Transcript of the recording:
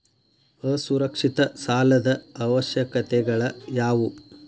ಅಸುರಕ್ಷಿತ ಸಾಲದ ಅವಶ್ಯಕತೆಗಳ ಯಾವು